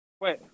Wait